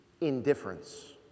indifference